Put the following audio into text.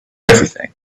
everything